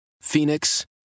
Phoenix